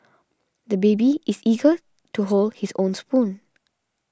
the baby is eager to hold his own spoon